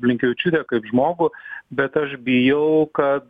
blinkevičiūtę kaip žmogų bet aš bijojau kad